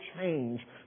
change